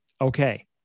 Okay